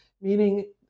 Meaning